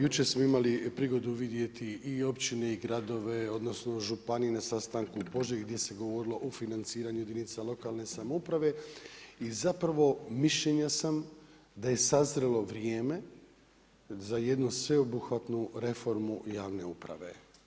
Jučer smo imali prigodu vidjeti i općine i gradove odnosno županije na sastanku u Požegi gdje se govorilo o financiranju jedinica lokalne samouprave i mišljenja sam da je sazrelo vrijeme za jednu sveobuhvatnu reformu javne uprave.